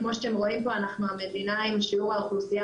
כמו שאתם רואים כאן אנחנו המדינה עם שיעור האוכלוסייה